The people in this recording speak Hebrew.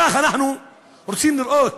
כך אנחנו רוצים לראות.